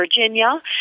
Virginia